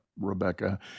Rebecca